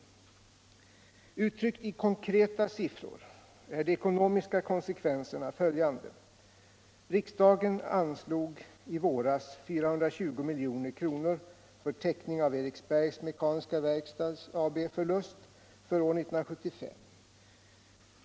Uttryckt i konkreta siffror är de ekonomiska konsekvenserna följande. Riksdagen anslog i våras 420 milj.kr. för täckning av Eriksbergs Mekaniska Verkstads AB:s förlust för år 1975.